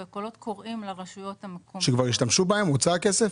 בוצע הכסף?